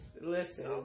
Listen